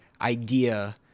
idea